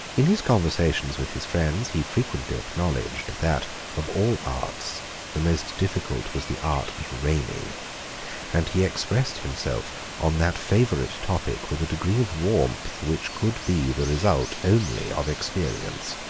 in his conversations with his friends, he frequently acknowledged, that of all arts, the most difficult was the art of reigning and he expressed himself on that favorite topic with a degree of warmth which could be the result only of experience.